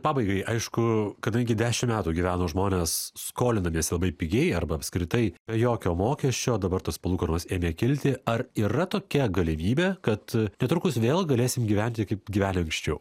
pabaigai aišku kadangi dešim metų gyveno žmonės skolindamiesi labai pigiai arba apskritai be jokio mokesčio dabar tos palūkanos ėmė kilti ar yra tokia galimybė kad netrukus vėl galėsim gyventi kaip gyvenę anksčiau